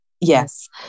Yes